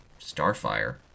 Starfire